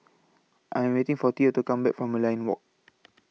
I Am waiting For Theo to Come Back from Merlion Walk